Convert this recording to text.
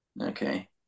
Okay